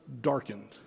darkened